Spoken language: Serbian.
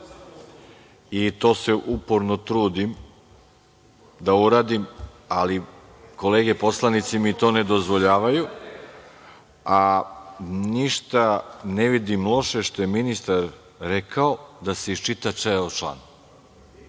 i to se uporno trudim da uradim, ali kolege poslanici mi ne dozvoljavaju, a ništa ne vidim loše što je ministar rekao da se izčita ceo član.